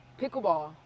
Pickleball